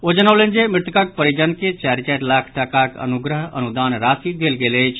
ओ जनौलनि जे मृतकक परिजन के चारि चारि लाख टाकाक अनुग्रह अनुदान राशि देल गेल अछि